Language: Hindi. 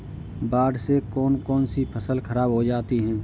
बाढ़ से कौन कौन सी फसल खराब हो जाती है?